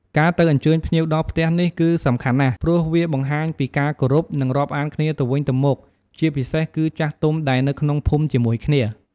ការទៅអញ្ជើញភ្ញៀវដល់ផ្ទះនេះគឺសំខាន់ណាស់ ព្រោះវាបង្ហាញពីការគោរព និងរាប់អានគ្នាទៅវិញទៅមក ជាពិសេសគឺចាស់ទុំដែលនៅក្នុងភូមិជាមួយគ្នា។